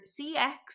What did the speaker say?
CX